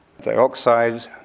dioxide